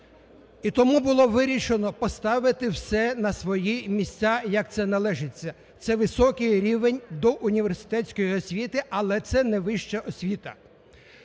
І тому було вирішено поставити все на свої місця, як це належить. Це високий рівень доуніверситетської освіти, але це не вища освіта.